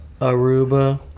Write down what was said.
Aruba